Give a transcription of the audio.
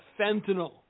fentanyl